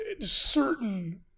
Certain